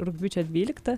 rugpjūčio dvyliktą